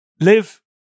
live